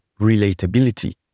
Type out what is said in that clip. relatability